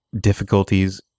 difficulties